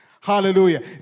Hallelujah